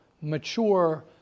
mature